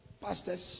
pastors